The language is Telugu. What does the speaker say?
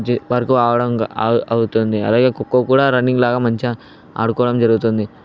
జి వర్క్ అవడం అవుతుంది అలాగే కోకో కూడా రన్నింగ్ లాగా మంచిగా ఆడుకోవడం జరుగుతుంది